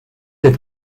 être